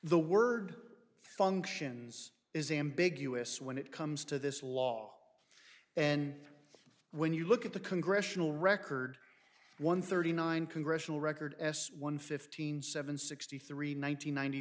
the word functions is ambiguous when it comes to this law and when you look at the congressional record one thirty nine congressional record s one fifteen seven sixty three